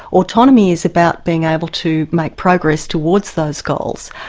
autonomy is about being able to make progress towards those goals,